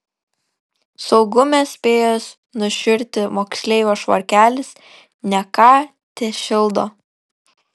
saugume spėjęs nušiurti moksleivio švarkelis ne ką tešildo